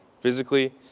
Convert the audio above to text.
Physically